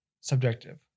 subjective